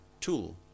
tool